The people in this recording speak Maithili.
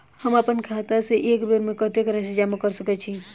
हम अप्पन खाता सँ एक बेर मे कत्तेक राशि जमा कऽ सकैत छी?